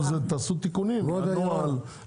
קודם תעשו תיקונים לחוק,